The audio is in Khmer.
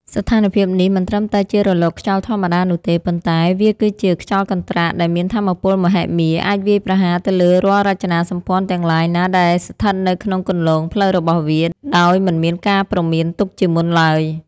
ស្ថានភាពនេះមិនត្រឹមតែជារលកខ្យល់ធម្មតានោះទេ ប៉ុន្តែវាគឺជា ខ្យល់កន្ត្រាក់ ដែលមានថាមពលមហិមា អាចវាយប្រហារទៅលើរាល់រចនាសម្ព័ន្ធទាំងឡាយណាដែលស្ថិតនៅក្នុងគន្លងផ្លូវរបស់វា ដោយមិនមានការព្រមានទុកជាមុនឡើយ។